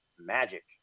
magic